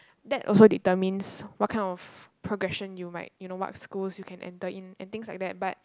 that also determines what kind of progression you might you know what schools you can enter in and things like that but